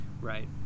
Right